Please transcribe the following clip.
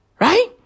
Right